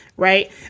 Right